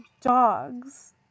dogs